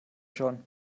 schon